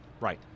Right